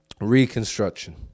Reconstruction